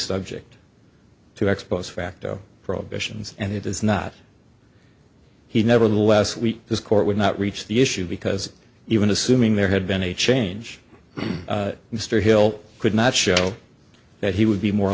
subject to expose facto prohibitions and it is not he nevertheless we this court would not reach the issue because even assuming there had been a change mr hill could not show that he would be more